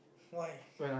why